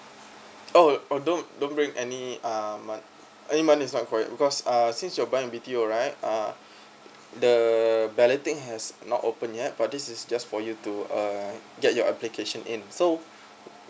oh oh don't don't bring any um mon~ any money is not required because since you're buying a B_T_O right uh the balloting has not open yet but this is just for you to uh get your application in so